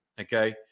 Okay